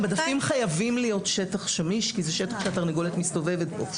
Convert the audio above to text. המדפים חייבים להיות שטח שמיש כי זה שטח שהתרנגולת מסתובבת בו.